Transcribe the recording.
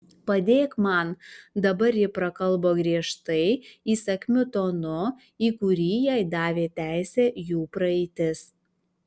padėk man dabar ji prakalbo griežtai įsakmiu tonu į kurį jai davė teisę jų praeitis